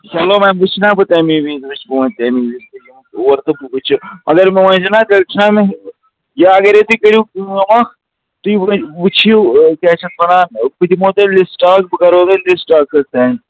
چلو وۄنۍ وٕچھِ نَہ بہٕ تَمی وِز وٕچھ بہٕ وۄنۍ تَمی وزِ اور تہٕ بہٕ وٕچھِ مگر مےٚ ؤنۍزِ نَہ تیٚلہِ چھُ نہ مےٚ یا اگرَے تُہۍ کٔرِو کٲم اکھ تُہۍ وٕچھِو کیٛاہ چھِ اَتھ وَنان بہٕ دِمو تۄہہِ لِسٹ اَکھ بہٕ کَرو تۄہہِ لِسٹ اَکھ حَظ سٮ۪نٛڈ